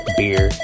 beer